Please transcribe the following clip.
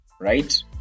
right